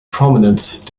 prominence